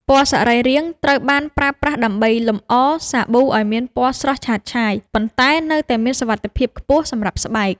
ពណ៌សរីរាង្គ ត្រូវបានប្រើប្រាស់ដើម្បីលម្អសាប៊ូឱ្យមានពណ៌ស្រស់ឆើតឆាយ ប៉ុន្តែនៅតែមានសុវត្ថិភាពខ្ពស់សម្រាប់ស្បែក។